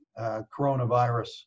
coronavirus